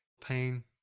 pain